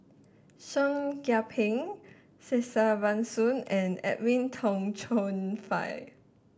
Seah Kian Peng Kesavan Soon and Edwin Tong Chun Fai